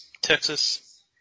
Texas